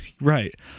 Right